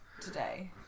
today